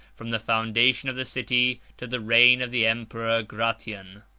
from the foundation of the city, to the reign of the emperor gratian.